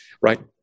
right